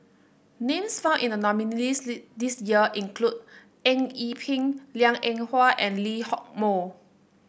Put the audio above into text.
names found in the nominees' list this year include Eng Yee Peng Liang Eng Hwa and Lee Hock Moh